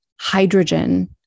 hydrogen